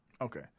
Okay